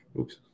Oops